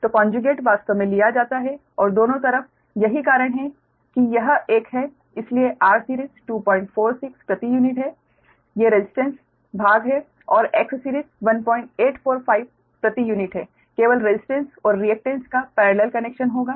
तो कोंजुगेट वास्तव में लिया जाता है और दोनों तरफ यही कारण है कि यह एक है इसलिए Rseries 246 प्रति यूनिट है ये रसिस्टेंस भाग हैं और Xseries 1845 प्रति यूनिट है केवल रसिस्टेंस और रिएक्टेन्स का पेरेलल कनेक्शन होगा